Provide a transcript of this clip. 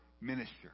minister